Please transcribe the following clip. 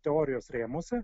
teorijos rėmuose